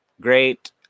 great